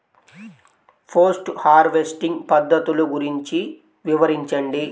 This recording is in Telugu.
పోస్ట్ హార్వెస్టింగ్ పద్ధతులు గురించి వివరించండి?